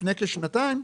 לפני כשנתיים,